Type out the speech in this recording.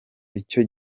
icyo